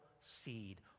seed